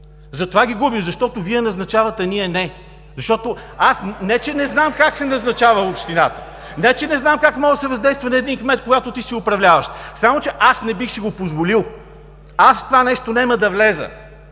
Затова ги губим! Защото Вие назначавате, а ние – не. Защото аз не че не знам как се назначава общинар, не че не знам как може да се въздейства на един кмет, когато ти си управляващ, само че аз не бих си го позволил. Аз в това нещо няма да вляза,